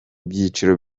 byiciro